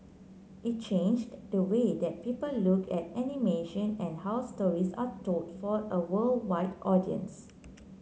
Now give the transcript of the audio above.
it changed the way that people look at animation and how stories are told for a worldwide audience